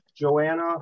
Joanna